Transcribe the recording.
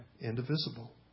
indivisible